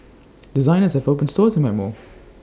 designers have opened stores in my mall